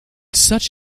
such